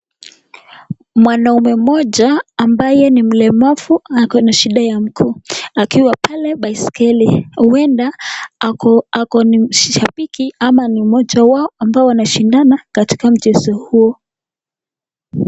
Mwanaume mmoja ambaye ni mlemavu akona shida ya mguu, akiwa pale baiskeli, huenda ako ni shabiki ama ni mmoja wao ambao wanashindana katika mchezo huo.